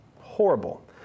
Horrible